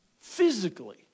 Physically